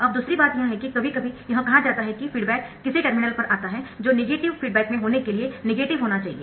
अब दूसरी बात यह है कि कभी कभी यह कहा जाता है कि फीडबैक किसी टर्मिनल पर आता है जो नेगेटिव फीडबैक में होने के लिए नेगेटिव होना चाहिए